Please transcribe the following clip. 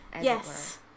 Yes